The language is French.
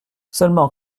seulement